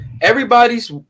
everybody's